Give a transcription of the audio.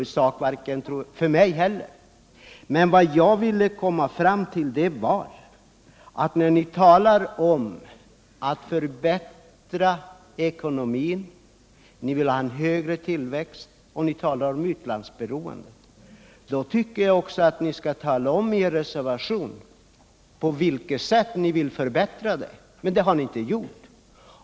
Den är inte heller för mig någon huvudsak. Ni talar om att förbättra ekonomin, ni vill ha en högre tillväxt, och ni talar om utlandsberoendet. Vad jag ville säga var att ni i er reservation borde ha talat om på vilket sätt ni vill åstadkomma förbättringar. Men det har ni inte gjort.